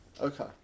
Okay